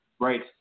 Right